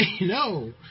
no